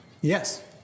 Yes